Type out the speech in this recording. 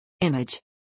Image